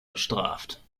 bestraft